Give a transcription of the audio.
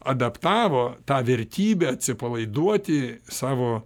adaptavo tą vertybę atsipalaiduoti savo